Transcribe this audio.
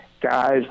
Guys